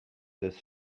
this